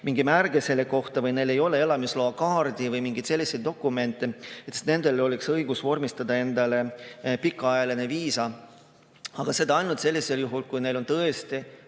mingi märge selle kohta või kellel ei ole elamisloakaarti või mingeid selliseid dokumente, oleks õigus vormistada endale pikaajaline viisa. Aga seda ainult juhul, kui neil on tõesti